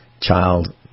child